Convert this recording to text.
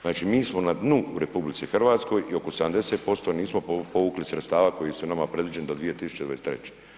Znači mi smo na dnu u RH i oko 70% nismo povukli sredstava koji su nama predviđeni do 2023.